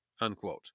unquote